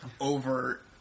over